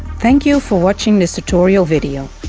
thank you for watching this tutorial video.